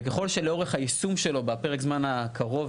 וככל שלאורך היישום שלו בפרק הזמן הקרוב